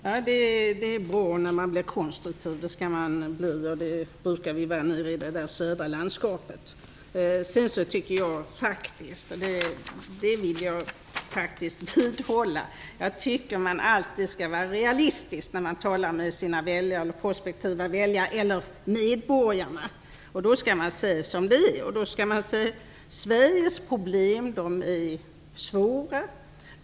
Fru talman! Det är bra när man blir konstruktiv. Det skall man bli, det brukar vi vara nere i det där södra landskapet. Sedan tycker jag faktiskt, det vill jag vidhålla, att man alltid skall vara realistisk när man talar med sina presumtiva väljare eller med medborgarna. Då skall man säga som det är. Då skall man säga: Sveriges problem är svåra.